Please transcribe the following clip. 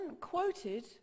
quoted